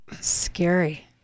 scary